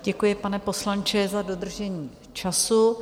Děkuji, pane poslanče, za dodržení času.